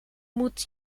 moet